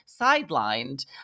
sidelined